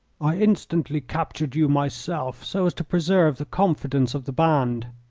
i instantly captured you myself, so as to preserve the confidence of the band.